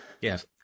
yes